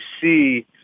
see